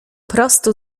prostu